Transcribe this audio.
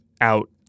out